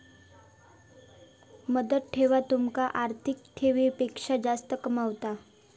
मुदत ठेव तुमका आवर्ती ठेवीपेक्षा जास्त कमावता